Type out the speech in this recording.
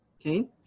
Okay